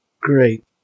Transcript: Great